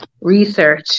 research